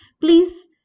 please